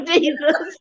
Jesus